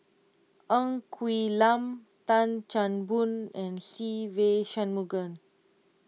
Ng Quee Lam Tan Chan Boon and Se Ve Shanmugam